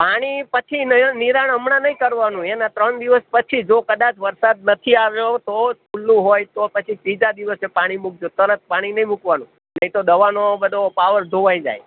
પાણી પછી નહીં નિરાણ હમણાં નહીં કરવાનું એનાં ત્રણ દિવસ પછી જો કદાચ વરસાદ નથી આવ્યો તો ખુલ્લું હોય તો પછી ત્રીજા દિવસે પાણી મુકજો તરત પાણી નહીં મૂકવાનું નહીં તો દવાનો બધો પાવર ધોવાઈ જાય